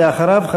ואחריו,